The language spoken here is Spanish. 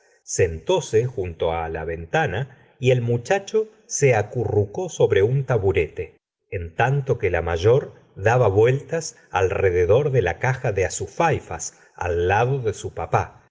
sentóse junto la ventana y el muchacho se acurrucó sobre un taburete en tanto que la mayor daba vueltas alrededor de la caja de azufaifas al lado de su papá